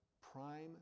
prime